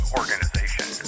organization